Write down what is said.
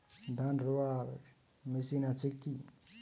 ধান রোয়ার মেশিন আছে কি?